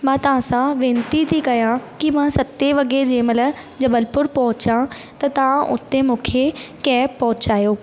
मां तव्हां सां वेनिती थी कयां कि मां सते वगे जंहिंमहिल जबलपुर पहुचां त तव्हां हुते मूंखे कैब पहुचायो